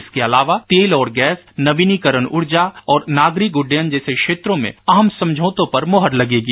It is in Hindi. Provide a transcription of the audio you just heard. इसके अलावा तेल और गैस नवीनीकरण ऊर्जा और नागरिक उड्डयन जैसे क्षेत्रों में आम समझौतों पर मुहर लगेगी